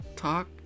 talk